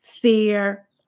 fear